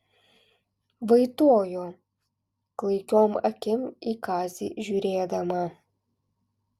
vaitojo klaikiom akim į kazį žiūrėdama